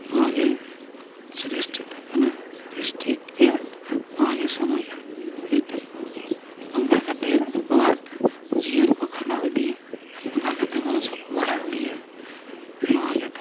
ᱱᱚᱣᱟ ᱜᱮ ᱥᱨᱤᱥᱴᱤ ᱫᱚ ᱠᱟᱱᱟ ᱥᱨᱤᱥᱴᱤ ᱨᱮᱭᱟᱜ ᱱᱚᱣᱟ ᱜᱮ ᱥᱚᱢᱚᱭ ᱠᱟᱱ ᱦᱩᱭᱩᱜ ᱛᱟᱠᱚᱣᱟ ᱱᱚᱝᱠᱟ ᱠᱟᱛᱮᱫ ᱟᱠᱚᱣᱟᱜ ᱡᱤᱭᱚᱱ ᱠᱚ ᱠᱷᱟᱸᱰᱟᱣ ᱤᱫᱤᱭᱟ ᱱᱚᱝᱠᱟ ᱠᱟᱛᱮᱫ ᱵᱚᱝᱥᱚ ᱠᱚ ᱵᱟᱲᱦᱟᱣ ᱤᱫᱤᱭᱟ ᱱᱚᱣᱟ ᱜᱮᱛᱟᱠᱚ